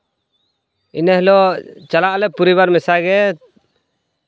ᱤᱱᱟᱹ ᱦᱤᱞᱳᱜ ᱪᱟᱞᱟᱜ ᱟᱞᱮ ᱯᱚᱨᱤᱵᱟᱨ ᱢᱮᱥᱟ ᱜᱮ